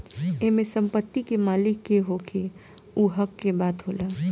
एमे संपत्ति के मालिक के होखे उ हक के बात होला